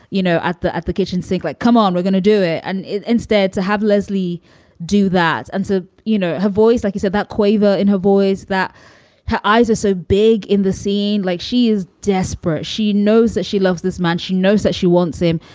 you know, at the at the kitchen sink, like, come on, we're gonna do it. and instead to have leslie do that. and so, you know, her voice, like you said, that quaver in her voice, that her eyes are so big in the scene, like she is desperate. she knows that she loves this man. she knows that she wants him.